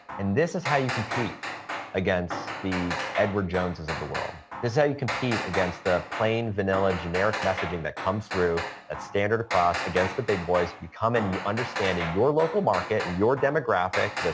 and this is how you compete against the edward jones's of the world. this is how you compete against the plain vanilla generic messaging that comes through that's standard across against the big boys. you come in, and you understand in your local market and your demographic,